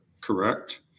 correct